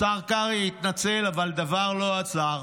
השר קרעי התנצל, אבל דבר לא עזר.